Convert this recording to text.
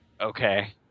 Okay